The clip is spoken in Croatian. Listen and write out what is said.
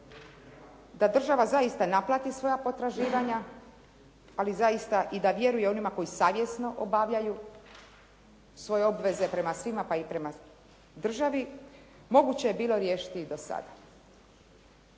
da država zaista naplati svoja potraživanja, ali zaista i da vjeruje onima koji savjesno obavljaju svoje obveze prema svima pa i prema državi, moguće je bilo riješiti i do sada